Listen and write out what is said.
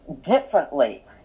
differently